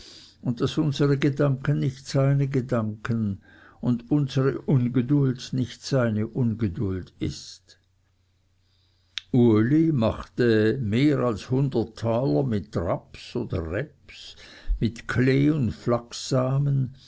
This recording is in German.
und daß unsere gedanken nicht seine gedanken und unsere ungeduld nicht seine ungeduld ist uli machte mehr als hundert taler mit raps oder reps mit klee